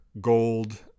gold